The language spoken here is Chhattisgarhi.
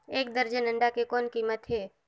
एक दर्जन अंडा के कौन कीमत हे?